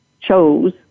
chose